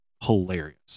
hilarious